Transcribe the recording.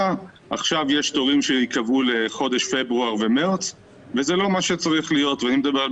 עכשיו זה יועבר למשרד האוצר ולאחר מכן זה יובא לשולחנכם.